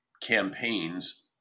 campaigns